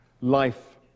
life